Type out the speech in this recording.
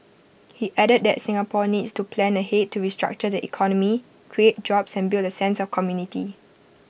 he added that Singapore needs to plan ahead to restructure the economy create jobs and build A sense of community